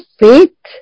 faith